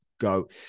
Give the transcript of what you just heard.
go